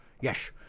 Yes